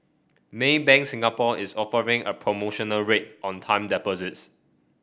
Maybank Singapore is offering a promotional rate on time deposits